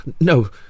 No